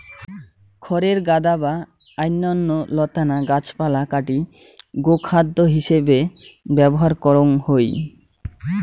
খড়ের গাদা বা অইন্যান্য লতানা গাছপালা কাটি গোখাদ্য হিছেবে ব্যবহার করাং হই